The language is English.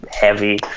heavy